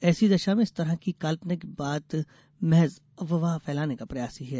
ऐसी दशा में इस तरह की काल्पनिक बात महज अफवाह फैलाने का प्रयास ही है